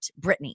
Britney